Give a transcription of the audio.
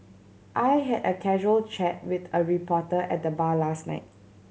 I had a casual chat with a reporter at the bar last night